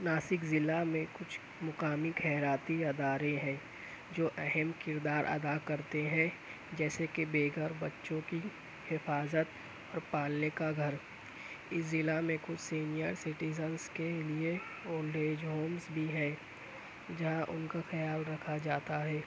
ناسک ضلع میں کچھ مقامی خیراتی ادارے ہیں جو اہم کردار ادا کرتے ہیں جیسے کہ بےگھر بچوں کی حفاظت اور پالنے کا گھر اس ضلع میں کچھ سینئر سٹیزنس کے لئے اولڈ ایج ہومز بھی ہے جہاں ان کا خیال رکھا جاتا ہے